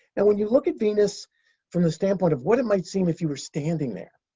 and when you look at venus from the standpoint of what it might seem if you were standing there,